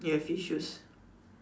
ya fish